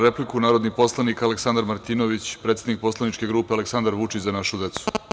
Reč ima narodni poslanik Aleksandar Martinović, predsednik poslaničke grupe Aleksandar Vučić – Za našu decu, pravo na repliku.